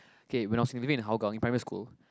okay when I was living in Hougang in primary school